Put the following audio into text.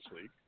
league